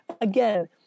again